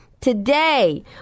today